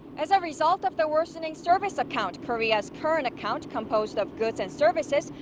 as a result of the worsening service account. korea's current account, composed of goods and services,